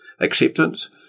acceptance